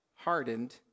hardened